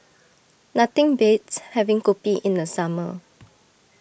nothing beats having Kopi in the summer